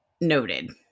noted